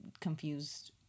confused